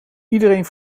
iedereen